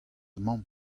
mamm